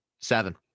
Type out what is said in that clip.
Seven